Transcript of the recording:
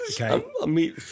okay